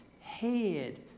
head